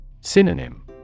Synonym